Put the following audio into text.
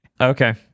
Okay